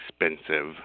expensive